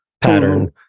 pattern